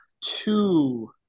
two